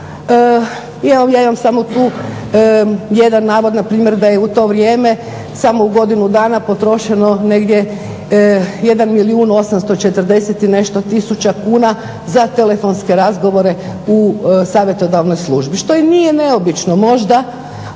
ja imam samo tu jedan navod npr. da je u to vrijeme samo u godinu dana potrošeno negdje 1 milijun 840 i nešto tisuća kuna za telefonske razgovore u Savjetodavnoj službi. Što i nije neobično možda